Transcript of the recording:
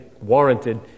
warranted